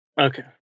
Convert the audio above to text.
Okay